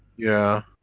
yeah.